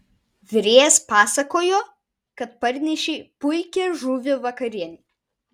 virėjas pasakojo kad parnešei puikią žuvį vakarienei